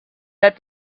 that